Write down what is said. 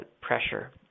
pressure